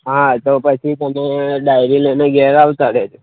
હા તો પછી તમે ડાયરી લઈને ઘરે આવતા રહેજો